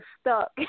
stuck